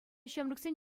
ҫамрӑксен